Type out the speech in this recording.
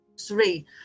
three